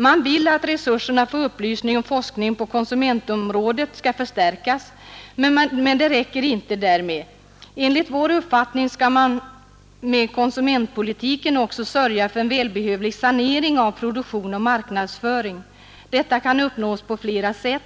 Man vill att resurserna för upplysning och forskning på konsumentområdet skall förstärkas. Men det räcker inte härmed. Enligt vår uppfattning skall man med konsumentpolitiken också sörja för en välbehövlig sanering av produktion och marknadsföring. Detta kan uppnås på flera sätt.